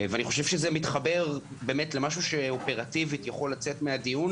זה מתחבר למשהו שיכול לצאת אופרטיבית מהדיון